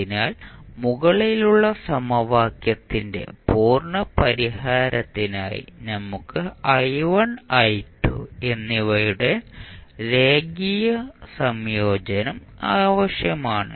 അതിനാൽ മുകളിലുള്ള സമവാക്യത്തിന്റെ പൂർണ്ണ പരിഹാരത്തിനായി നമുക്ക് എന്നിവയുടെ രേഖീയ സംയോജനം ആവശ്യമാണ്